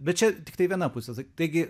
bet čia tiktai viena pusė taigi